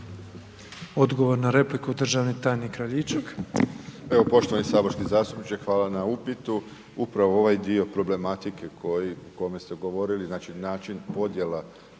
Odgovor na repliku, državni tajnik Kraljičak. **Kraljičak, Željko** Evo poštovani saborski zastupniče, hvala na upitu. Upravo ovaj dio problematike o kome ste govorili, znači način podjela